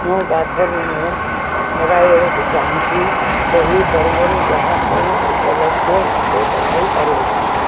ମୁଁ ବାଥରୁମୱେର୍ ମଗାଇବାକୁ ଚାହୁଁଛି ସେହି ବର୍ଗରେ ଯାହା ସବୁ ଉପଲବ୍ଧ ମୋତେ ଦେଖାଇ ପାରିବ କି